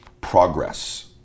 progress